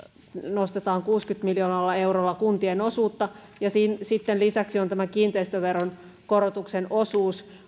nostetaan kuudellakymmenellä miljoonalla eurolla kuntien osuutta ja sitten lisäksi on tämä kiinteistöveron korotuksen osuus